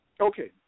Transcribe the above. Okay